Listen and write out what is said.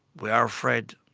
we are afraid,